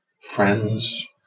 friends